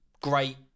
great